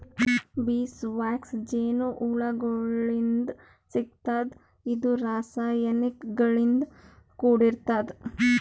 ಬೀಸ್ wax ಜೇನಹುಳಗೋಳಿಂತ್ ಸಿಗ್ತದ್ ಇದು ರಾಸಾಯನಿಕ್ ಗಳಿಂದ್ ಕೂಡಿರ್ತದ